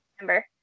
remember